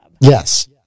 yes